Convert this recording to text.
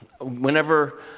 whenever